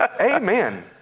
amen